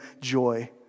joy